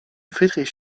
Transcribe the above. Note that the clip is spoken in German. friedrich